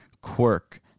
quirk